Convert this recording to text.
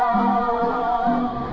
oh